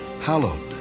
Hallowed